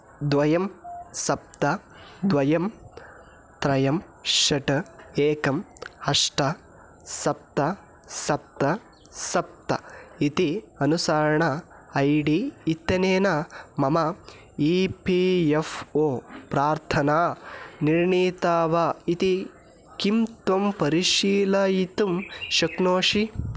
द्वे सप्त द्वे त्रीणि षट् एकम् अष्ट सप्त सप्त सप्त इति अनुसरणम् ऐ डी इत्यनेन मम ई फी एफ़् ओ प्रार्थना निर्णीता वा इति किं त्वं परिशीलयितुं शक्नोषि